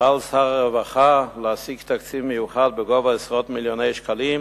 פעל שר הרווחה להשיג תקציב מיוחד בגובה עשרות מיליוני שקלים